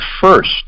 first